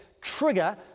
trigger